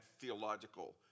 theological